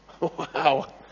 Wow